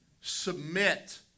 submit